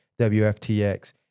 wftx